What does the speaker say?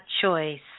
choice